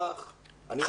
לא.